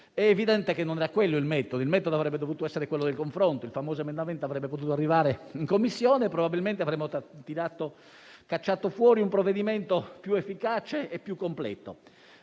È evidente che non è quello il metodo; il metodo avrebbe dovuto essere quello del confronto, il famoso emendamento sarebbe potuto arrivare in Commissione e probabilmente avremmo tirato fuori un provvedimento più efficace e completo.